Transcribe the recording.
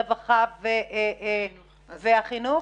הרווחה והחינוך?